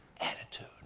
attitude